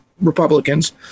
republicans